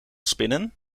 spinnen